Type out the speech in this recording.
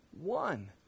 one